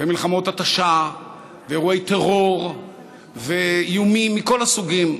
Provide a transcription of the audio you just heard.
ומלחמות התשה ואירועי טרור ואיומים מכל הסוגים,